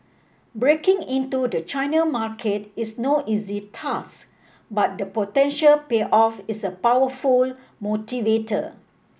breaking into the China market is no easy task but the potential payoff is a powerful motivator